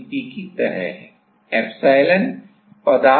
तो हम हम वोल्टेज को बदलकर बल तय कर सकते हैं केवल इस वोल्टेज या इस V को बदलकर